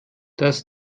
dass